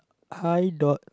high dot